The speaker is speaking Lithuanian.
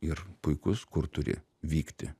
ir puikus kur turi vykti